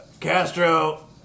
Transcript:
Castro